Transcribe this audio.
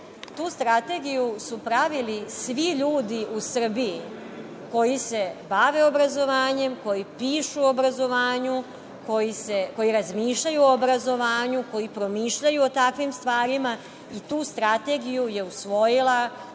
Tu strategiju su pravili svi ljudi u Srbiji koji se bave obrazovanjem, koji pišu o obrazovanju, koji razmišljaju o obrazovanju, koji promišljaju o takvim stvarima i tu strategiju je usvojila